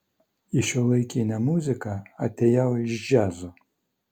į šiuolaikinę muziką atėjau iš džiazo